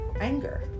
anger